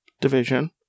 division